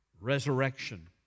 resurrection